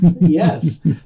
yes